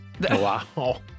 Wow